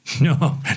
No